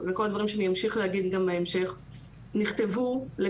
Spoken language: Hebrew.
אני לא בטוחה שאתה קובע